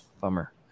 bummer